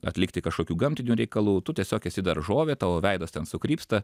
atlikti kažkokių gamtinių reikalų tu tiesiog esi daržovė tavo veidas ten sukrypsta